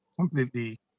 completely